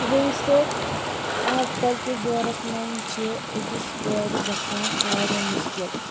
رعیٖس صٲب اَزکل کِس دورَس منٛز چھِ أکِس کورِ گژھان واریاہ مُشکل